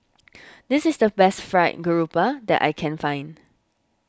this is the best Fried Grouper that I can find